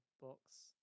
box